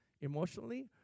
emotionally